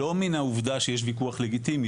לא מהעובדה שיש ויכוח לגיטימי,